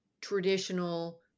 traditional